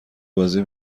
بازی